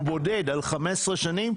הוא בודד על 15 שנים,